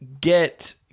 get